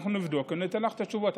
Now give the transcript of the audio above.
אנחנו נבדוק וניתן לך את התשובות.